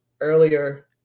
earlier